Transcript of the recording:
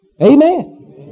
Amen